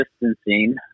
distancing